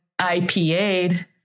IPA'd